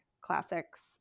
classics